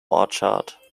orchard